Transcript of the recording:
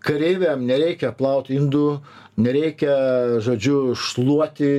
kareiviam nereikia plaut indų nereikia žodžiu šluoti